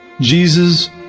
Jesus